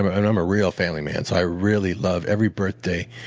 ah and i'm a real family man so i really love every birthday.